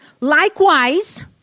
Likewise